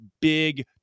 big